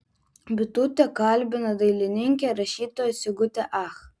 bitutė kalbina dailininkę rašytoją sigutę ach